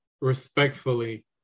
respectfully